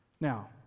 Now